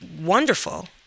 wonderful